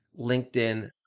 LinkedIn